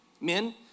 Men